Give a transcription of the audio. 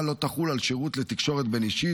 לא תחול על שירות לתקשורת בין-אישית,